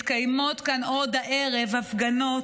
מתקיימות כאן עוד הערב הפגנות,